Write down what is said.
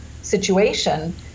situation